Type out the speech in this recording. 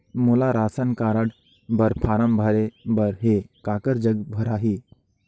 मोला ration card बर form भरे बर हे काकर जग भराही?